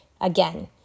again